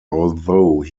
although